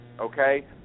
okay